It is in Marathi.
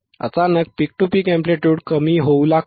अचानक पीक टू पीक एंप्लिट्युड कमी होऊ लागतो